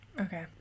Okay